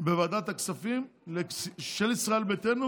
בוועדת הכספים של ישראל ביתנו